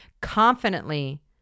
confidently